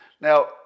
Now